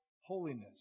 holiness